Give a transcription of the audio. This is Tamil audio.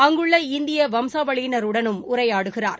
அங்குள்ள இந்திய வம்சாவளியினருடனும் உரையாடுகிறார்